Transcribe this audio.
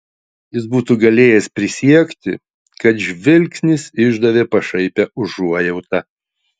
jis būtų galėjęs prisiekti kad žvilgsnis išdavė pašaipią užuojautą